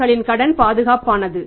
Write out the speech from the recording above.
அவர்களின் கடன் பாதுகாப்பானது